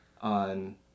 on